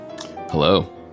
Hello